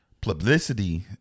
publicity